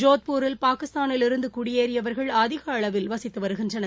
ஜோத்பூரில் பாகிஸ்தானிலிருந்து குடியேறியவர்கள் அதிக அளவில் வசித்து வருகின்றனர்